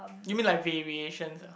you mean like variation ah